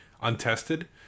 untested